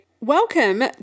welcome